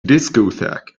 discotheque